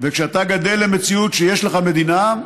וכשאתה גדל למציאות שיש לך מדינה,